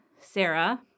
Sarah